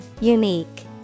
Unique